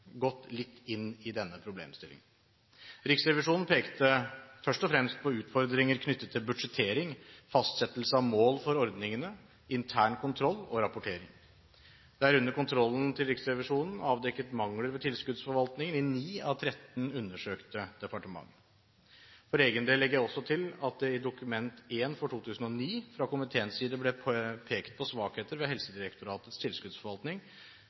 gått litt inn i denne problemstillingen. Riksrevisjonen pekte først og fremst på utfordringer knyttet til budsjettering, fastsettelse av mål for ordningene, intern kontroll og rapportering. Det er under kontrollen til Riksrevisjonen avdekket mangler ved tilskuddsforvaltningen i 9 av 13 undersøkte departementer. For egen del legger jeg til at det i Dokument 1 for 2009 fra komiteens side ble pekt på svakheter ved Helsedirektoratets tilskuddsforvaltning,